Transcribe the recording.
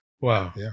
Wow